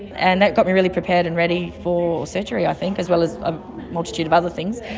and that got me really prepared and ready for surgery i think, as well as a multitude of other things,